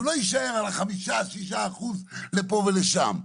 שהוא לא יישאר על ה-5%-6% לפה ולשם.